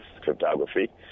cryptography